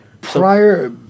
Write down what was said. Prior